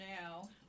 now